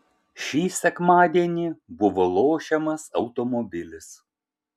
šį sekmadienį buvo lošiamas automobilis